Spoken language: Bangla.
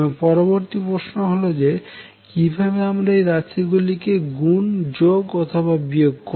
পরবর্তী প্রশ্ন হল যে কিভাবে আমরা এই রাশি গুলিকে গুণ যোগ অথবা বিয়োগ করবো